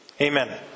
Amen